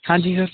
ਹਾਂਜੀ ਸਰ